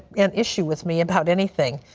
an issue with me about anything,